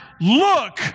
look